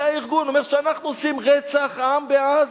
זה הארגון, אומר שאנחנו עושים רצח עם בעזה.